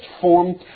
form